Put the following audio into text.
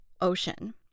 Ocean